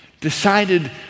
Decided